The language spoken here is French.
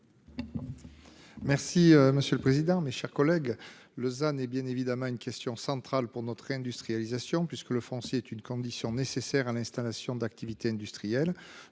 Merci monsieur le président, mes chers collègues, Lausanne et bien évidemment une question centrale pour notre industrialisation puisque le foncier est une condition nécessaire à l'installation d'activités industrielles.